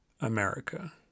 America